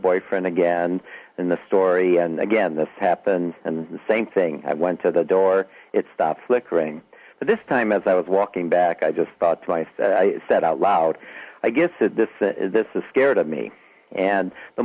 boyfriend again and then the story and again this happened and the same thing i went to the door it's the flickering but this time as i was walking back i just thought twice i said out loud i guess this is scared of me and the